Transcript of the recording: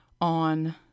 on